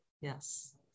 Yes